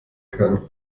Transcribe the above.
kann